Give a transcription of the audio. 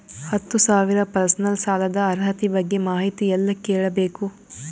ಹತ್ತು ಸಾವಿರ ಪರ್ಸನಲ್ ಸಾಲದ ಅರ್ಹತಿ ಬಗ್ಗೆ ಮಾಹಿತಿ ಎಲ್ಲ ಕೇಳಬೇಕು?